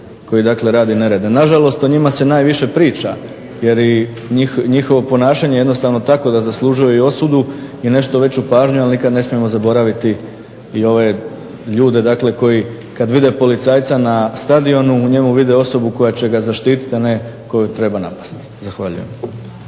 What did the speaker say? dakle radi nerede. Na žalost o njima se najviše priča, jer i njihovo ponašanje je jednostavno takvo da zaslužuje i osudu i nešto veću pažnju, ali nikad ne smijemo zaboraviti i ove ljude dakle koji, kad vide policajca na stadionu, u njemu vide osobu koja će ga zaštititi, a ne koju treba napasti. Zahvaljujem.